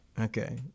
Okay